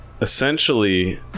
Essentially